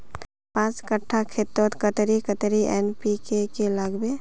पाँच कट्ठा खेतोत कतेरी कतेरी एन.पी.के के लागबे?